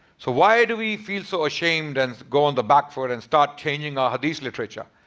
so why do we feel so ashamed and go on the back foot and start changing our hadith literature?